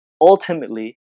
ultimately